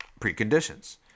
preconditions